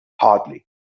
hardly